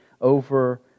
over